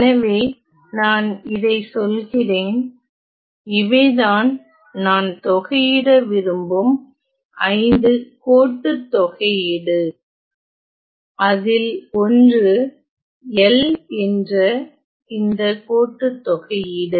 எனவே நான் இதை சொல்கிறேன் இவைதான் நான் தொகையிட விரும்பும் 5 கோட்டுத் தொகையீடு அதில் ஒன்று L என்ற இந்த கோட்டுத் தொகையீடு